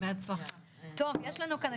טוב יש לנו כאן,